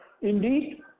Indeed